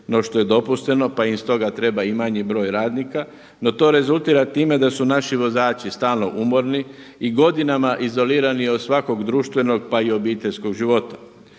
no što je dopušteno pa im stoga treba i manji broj radnika. No to rezultira time da su naši vozači stalno umorni i godinama izolirani od svakog društvenog pa i obiteljskog života.